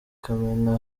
kamena